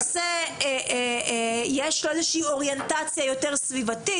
שיש לו אוריינטציה יותר סביבתית,